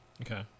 Okay